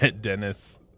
Dennis